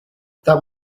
that